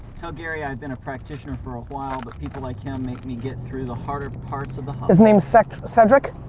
tell gary i've been a practitioner for a while but people like him make me get through the harder parts of the his name's cedric?